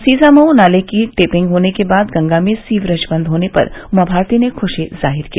सीसामऊ नाले की टेपिंग होने के बाद गंगा में सीवरेज बंद होने पर उमा भारती ने खुशी जाहिर किया